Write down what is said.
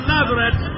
Nazareth